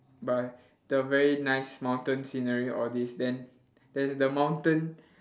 by the very nice mountain scenery all this then there's the mountain